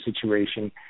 situation